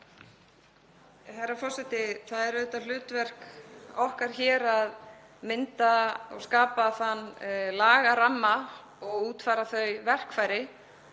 Herra forseti. Það er auðvitað hlutverk okkar hér að mynda og skapa þann lagaramma og útfæra þau verkfæri